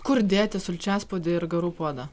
kur dėti sulčiaspaudę ir garų puodą